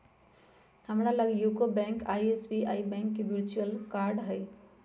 हमरा लग UCO bank आऽ एस.बी.आई बैंक के वर्चुअल कार्ड हइ